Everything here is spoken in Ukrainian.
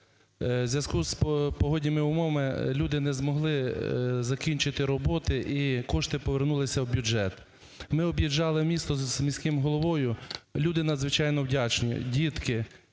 У зв'язку з погодними умовами люди не змогли закінчити роботи - і кошти повернулися в бюджет. Ми об'їжджали місто з міським головою. Люди надзвичайно вдячні, дітки,